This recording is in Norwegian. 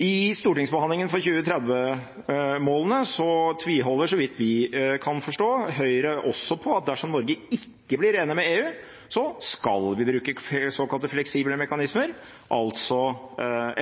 I stortingsbehandlingen for 2030-målene tviholder, så vidt vi kan forstå, Høyre på at dersom Norge ikke blir enig med EU, skal vi bruke såkalte fleksible mekanismer, altså